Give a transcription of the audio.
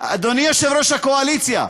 אדוני יושב-ראש הקואליציה,